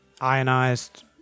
ionized